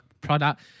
product